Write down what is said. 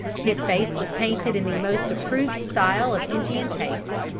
his face was painted in the most approved style of indian taste,